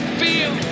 feel